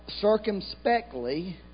circumspectly